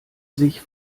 sich